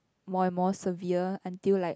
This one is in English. more more severe until like